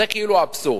זה כאילו האבסורד.